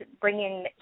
bringing